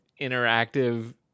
interactive